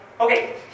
Okay